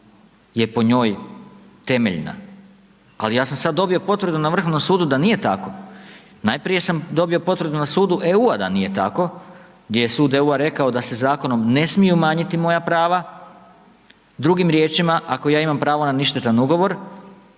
je po njoj temeljna ali ja sam sad dobio potvrdu na Vrhovnom sudu da nije tako, najprije sam dobio potvrdu na sudu EU-a da nije tako gdje je sud EU-a rekao da se zakonom ne smije umanjiti moja prava, drugim riječima, ako ja imam pravo na ništetan ugovor